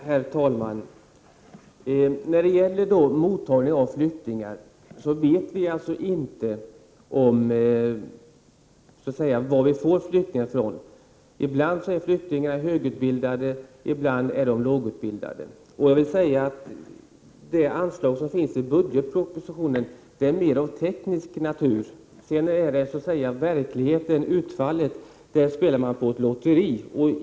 Herr talman! När det gäller mottagande av flyktingar vet vi inte vilka flyktingar vi får ta emot. Ibland är flyktingar högutbildade. Ibland är de lågutbildade. Det anslag som finns i budgetpropositionen är mer av teknisk natur. Verkligheten, utfallet, är som att spela på lotteri.